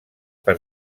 per